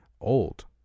old